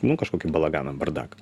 nu kažkokį balaganą bardaką